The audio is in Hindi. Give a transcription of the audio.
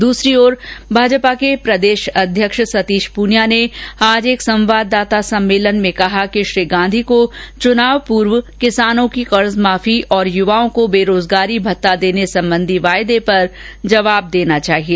दूसरी ओर भाजपा के प्रदेश अध्यक्ष सतीश पूनिया ने आज एक संवाददाता सम्मलेन में कहा कि श्री गांधी को चुनाव पूर्व किसानों की कर्जमाफी और युवाओं को बेरोजगारी भत्ता देने संबंधी वादे पर जवाब देना चाहिए